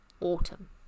autumn